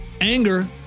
anger